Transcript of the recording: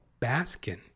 Baskin